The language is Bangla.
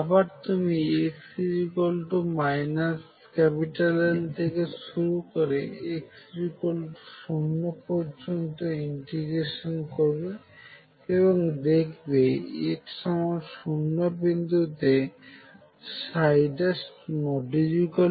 আবার তুমি x L থেকে শুরু করে x0 পর্যন্ত ইন্টিগ্রেশন করবে এবং দেখবে x0 বিন্দুতে